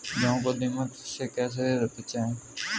गेहूँ को दीमक से कैसे बचाएँ?